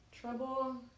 trouble